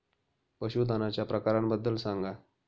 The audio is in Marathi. पशूधनाच्या प्रकारांबद्दल सांगा